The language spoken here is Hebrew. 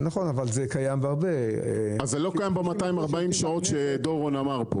זה לא קיים ב-240 השעות שדורון ציין פה.